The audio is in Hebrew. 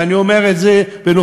ואני אומר את זה בנוכחותך,